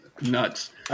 nuts